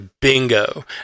Bingo